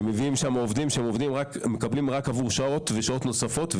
שמביאים משם עובדים שמקבלים רק בעבור שעות ושעות נוספות,